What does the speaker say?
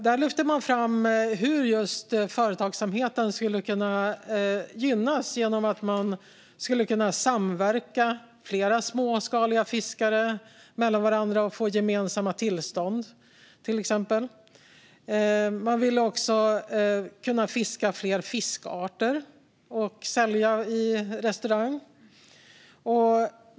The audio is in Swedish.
Där lyfte man fram hur just företagsamheten skulle kunna gynnas till exempel av att flera småskaliga fiskare skulle kunna samverka och få gemensamma tillstånd. Man ville också kunna fiska fler fiskarter att sälja till restauranger.